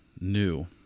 new